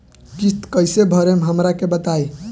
किस्त कइसे भरेम हमरा के बताई?